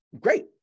Great